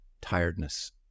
tiredness